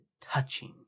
touching